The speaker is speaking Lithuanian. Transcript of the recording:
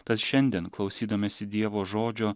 tad šiandien klausydamiesi dievo žodžio